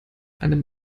einem